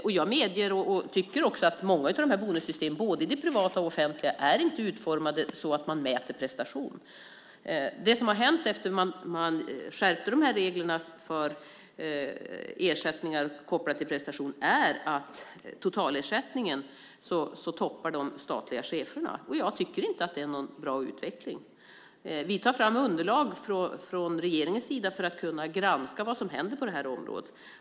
Jag medger att många av bonussystemen, både i det privata och i det offentliga, inte är utformade på ett sådant sätt att man mäter prestation. Det som har hänt efter det att man skärpte reglerna för ersättningar kopplade till prestation är att när det gäller totalersättningen toppar de statliga cheferna, och jag tycker inte att det är någon bra utveckling. Vi tar fram underlag från regeringens sida för att kunna granska vad som händer på detta område.